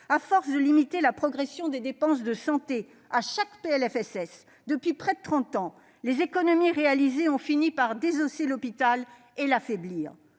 À force de limiter la progression des dépenses de santé à chaque PLFSS, depuis près de trente ans, les économies réalisées ont fini par désosser l'hôpital et par l'affaiblir.